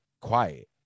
quiet